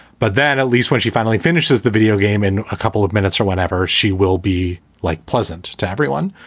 but then at least when she finally finishes the video game in a couple of minutes or whatever, she will be like pleasant to everyone.